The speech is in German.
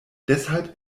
deshalb